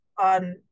on